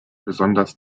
besonders